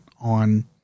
on